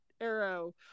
Arrow